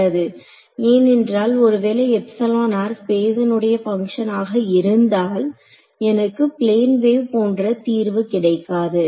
நல்லது ஏனென்றால் ஒருவேளை ஸ்பேசின் உடைய பங்க்ஷன் ஆக இருந்தால் எனக்கு பிளேன் வேவ் போன்ற தீர்வு கிடைக்காது